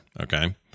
Okay